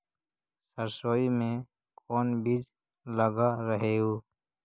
सरसोई मे कोन बीज लग रहेउ?